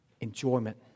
enjoyment